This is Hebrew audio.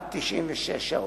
עד 96 שעות.